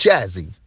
Jazzy